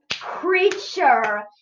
creature